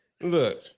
Look